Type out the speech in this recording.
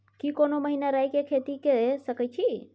की कोनो महिना राई के खेती के सकैछी?